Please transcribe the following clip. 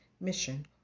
Mission